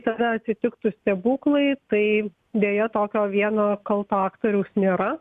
tada atsitiktų stebuklai tai deja tokio vieno kalto aktoriaus nėra